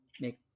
make